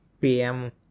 PM